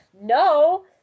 no